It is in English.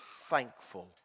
thankful